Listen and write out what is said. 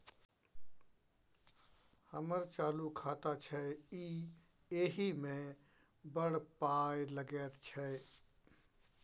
हमर चालू खाता छै इ एहि मे बड़ पाय लगैत छै